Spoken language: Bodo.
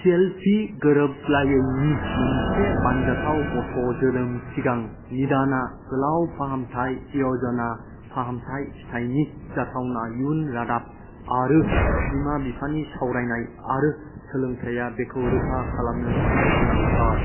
सिएलपि गोरोबलायैनि मोनसे बानजाथाव गथ' जोनोम सिगां निदानआ गोलाव फाहामथाइ य'जना फाहामथाइ फिथाइनि जाथावना इयुन रादाब आरो बिमा बिफानि सावरायनाय आरो सोलोंथाया बेखौ रोखा खालमनो थाखाय गोनांथार